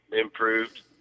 improved